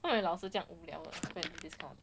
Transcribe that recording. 做么你的老师这样无聊的 bet with this all